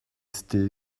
still